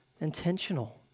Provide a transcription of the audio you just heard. intentional